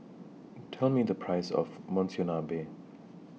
Tell Me The Price of Monsunabe